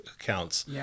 accounts